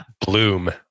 bloom